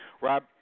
Rob